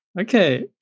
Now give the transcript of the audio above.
Okay